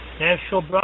National